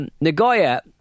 Nagoya